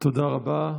תודה רבה.